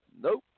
Nope